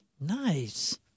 Nice